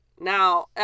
Now